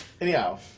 Anyhow